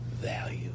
value